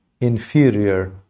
inferior